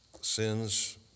sins